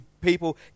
people